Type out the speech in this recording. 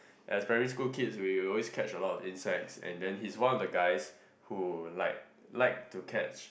as primary school kids we would always catch a lot of insects and then he's one of the guys who like like to catch